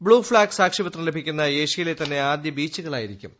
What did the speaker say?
blue flag സാക്ഷ്യപത്രം ലഭിക്കുന്ന ഏഷ്യയിലെത്തന്നെ ആദ്യ ബീച്ചുകളായിരിക്കും ഇവ